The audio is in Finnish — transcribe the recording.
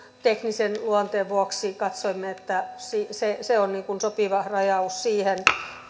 teknisen luonteen vuoksi katsoimme että se se on sopiva rajaus siihen